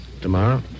Tomorrow